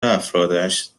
افرادش